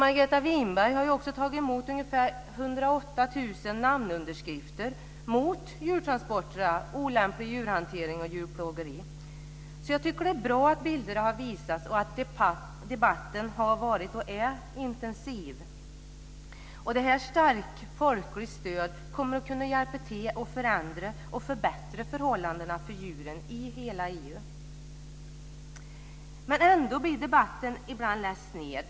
Margareta Winberg har tagit emot ungefär 108 000 namnunderskrifter mot djurtransporter, olämplig djurhantering och djurplågeri. Jag tycker att det är bra att bilderna har visats och att debatten har varit, och är, intensiv. Detta starka folkliga stöd kommer att kunna hjälpa till att förändra och förbättra förhållandena för djuren i hela EU. Men ändå blir debatten ibland lätt sned.